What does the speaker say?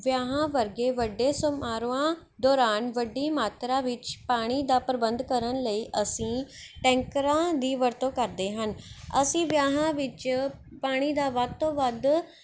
ਵਿਆਹਾਂ ਵਰਗੇ ਵੱਡੇ ਸਮਾਰੋਹਾਂ ਦੌਰਾਨ ਵੱਡੀ ਮਾਤਰਾ ਵਿੱਚ ਪਾਣੀ ਦਾ ਪ੍ਰਬੰਧ ਕਰਨ ਲਈ ਅਸੀਂ ਟੈਂਕਰਾਂ ਦੀ ਵਰਤੋਂ ਕਰਦੇ ਹਨ ਅਸੀਂ ਵਿਆਹਾਂ ਵਿੱਚ ਪਾਣੀ ਦਾ ਵੱਧ ਤੋਂ ਵੱਧ